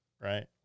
right